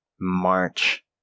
March